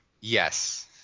yes